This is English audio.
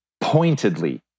pointedly